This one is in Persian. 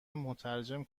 مترجم